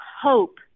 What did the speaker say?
hope